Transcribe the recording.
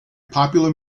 popular